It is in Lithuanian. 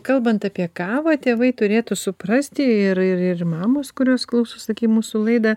kalbant apie kavą tėvai turėtų suprasti ir ir ir mamos kurios klausosi mūsų laidą